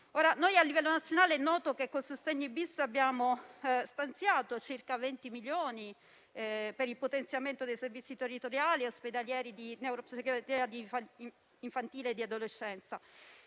a livello nazionale, è noto che, con il decreto sostegni-*bis* abbiamo stanziato circa 20 milioni per il potenziamento dei servizi territoriali e ospedalieri di neuropsichiatria infantile e di adolescenza,